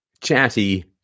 chatty